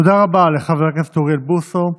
תודה רבה לחבר הכנסת אוריאל בוסו.